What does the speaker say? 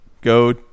Go